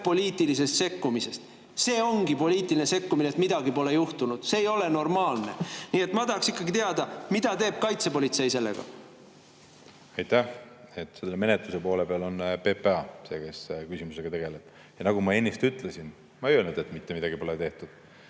poliitilisest sekkumisest. See ongi poliitiline sekkumine, et midagi pole juhtunud. See ei ole normaalne. Nii et ma tahaksin ikkagi teada, mida teeb kaitsepolitsei sellega. Aitäh! Menetluse poole peal on PPA see, kes selle küsimusega tegeleb. Ma ei öelnud ennist, et mitte midagi pole tehtud.